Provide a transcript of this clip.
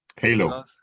halo